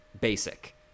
basic